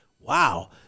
wow